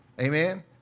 Amen